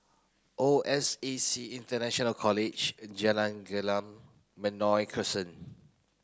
O S A C International College and Jalan Gelam Benoi Crescent